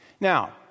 Now